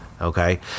Okay